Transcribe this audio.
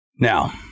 Now